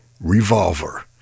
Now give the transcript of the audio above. Revolver